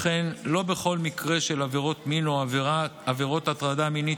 שכן לא בכל מקרה של עבירות מין או עבירות הטרדה מינית